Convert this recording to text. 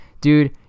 dude